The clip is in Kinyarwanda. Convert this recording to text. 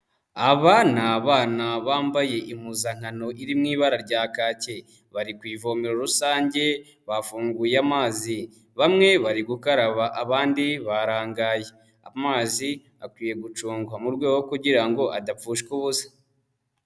Aba ni abana bambaye impuzankano iri mu ibara rya kake, bari ku ivomero rusange bafunguye amazi, bamwe bari gukaraba abandi barangaye, amazi akwiye gucungwa mu rwego rwo kugira ngo adapfushwa ubusa.